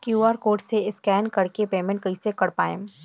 QR code से scan कर के पेमेंट कइसे कर पाएम?